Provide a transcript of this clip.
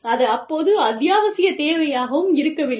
அது அப்போது அத்தியாவசிய தேவையாகவும் இருக்கவில்லை